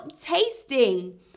tasting